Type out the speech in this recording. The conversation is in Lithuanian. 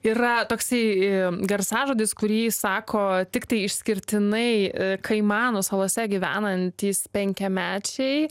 yra taksai garsažodis kurį sako tiktai išskirtinai kaimanų salose gyvenantys penkiamečiai